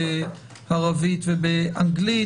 ערבית ואנגלית,